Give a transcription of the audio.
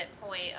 point